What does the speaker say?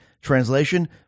Translation